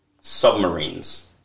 submarines